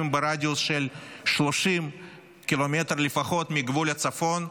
ברדיוס של 30 ק"מ לפחות מגבול הצפון,